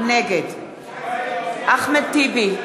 נגד אחמד טיבי,